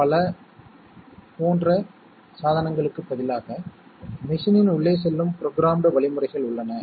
அவைகள் ஒன்றாகச் சேர்க்கப்படுகின்றன அவை கேரி மற்றும் சம் இன் வெவ்வேறு மதிப்புகளை அளிக்கின்றன